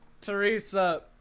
Teresa